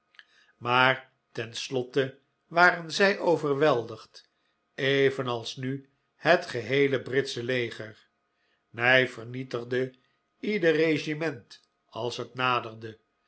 maar ten slotte waren zij overweldigd evenals nu het geheele britsche leger ney vernietigde ieder regiment als het naderde